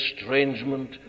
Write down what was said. estrangement